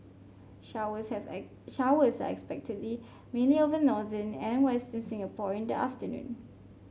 showers have showers are expected mainly over northern and western Singapore in the afternoon